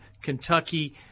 Kentucky